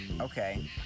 Okay